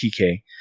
TK